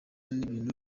n’ibintu